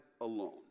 alone